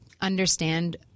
understand